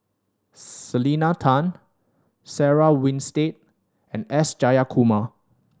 Selena Tan Sarah Winstedt and S Jayakumar